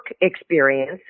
experience